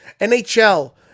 NHL